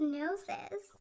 noses